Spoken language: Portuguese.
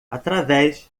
através